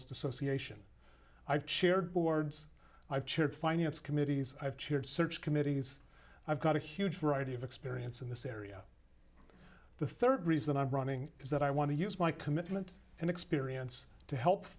association i've shared boards i've chaired finance committees i've cheered search committees i've got a huge variety of experience in this area the third reason i'm running is that i want to use my commitment and experience to help